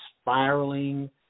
spiraling